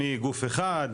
מגוף אחד,